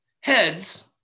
heads